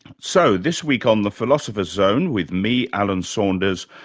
so, this week on the philosopher's zone with me, alan saunders,